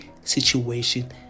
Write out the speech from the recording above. situation